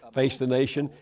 face the nation?